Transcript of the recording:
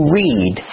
read